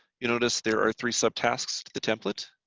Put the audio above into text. you notice there are three subtasks to the template.